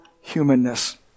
humanness